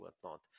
whatnot